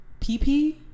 PP